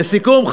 לסיכום,